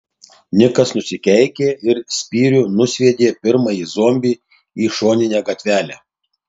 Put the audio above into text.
nikas nusikeikė ir spyriu nusviedė pirmąjį zombį į šoninę gatvelę